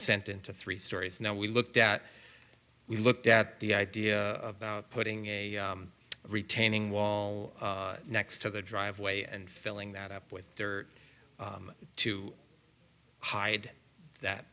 sent into three stories now we looked at we looked at the idea about putting a retaining wall next to the driveway and filling that up with dirt to hide that